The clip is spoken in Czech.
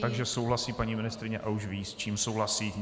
Takže souhlasí paní ministryně a už ví, s čím souhlasí.